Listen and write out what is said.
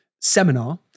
seminar